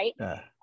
right